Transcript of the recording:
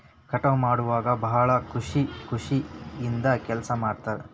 ಕಟಾವ ಮಾಡುವಾಗ ಭಾಳ ಖುಷಿ ಖುಷಿಯಿಂದ ಕೆಲಸಾ ಮಾಡ್ತಾರ